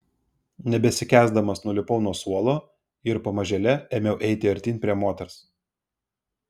nebesikęsdamas nulipau nuo suolo ir pamažėle ėmiau eiti artyn prie moters